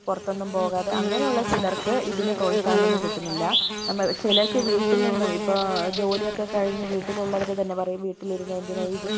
പുറത്തൊന്നും പോകാതെ അങ്ങനെയുള്ള ചിലർക്ക് ഇതിന് പ്രോത്സാഹനമൊന്നും കിട്ടുന്നില്ല നമ്മ ചിലർക്ക് വീട്ടിൽ നിന്നും ഇപ്പോൾ ജോലിയൊക്കെ കഴിഞ്ഞ് വീട്ടിലുള്ളവര് തന്നെ പറയും വീട്ടിലിരുന്ന് എന്തിനാ ഈ